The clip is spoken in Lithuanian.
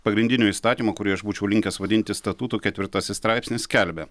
pagrindinio įstatymo kurį aš būčiau linkęs vadinti statuto ketvirtasis straipsnis skelbia